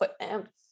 equipment